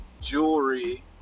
jewelry